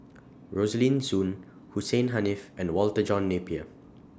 Rosaline Soon Hussein Haniff and Walter John Napier